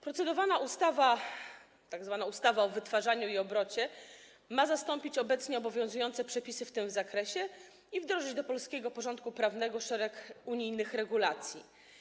Procedowana ustawa, tzw. ustawa o wytwarzaniu i obrocie, ma zastąpić obecnie obowiązujące przepisy w tym zakresie i wdrożyć do polskiego porządku prawnego szereg unijnych regulacji.